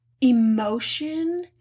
emotion